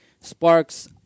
sparks